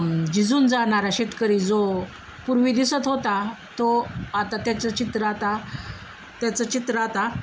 झिजून जाणारा शेतकरी जो पूर्वी दिसत होता तो आता त्याचं चित्र आता त्याचं चित्र राहता